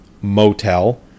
motel